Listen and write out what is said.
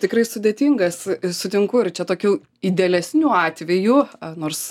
tikrai sudėtingas ir sutinku ir čia tokių idealesnių atvejų nors